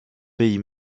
pays